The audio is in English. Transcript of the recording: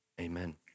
amen